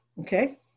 Okay